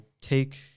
take